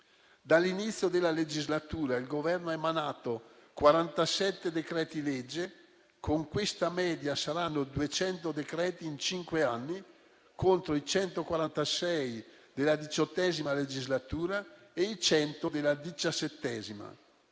Dall'inizio della legislatura, il Governo ha emanato 47 decreti-legge. Con questa media saranno 200 decreti in cinque anni contro i 146 della XVIII legislatura e i 100 della XVII.